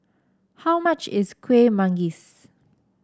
how much is Kuih Manggis